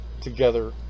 together